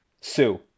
Sue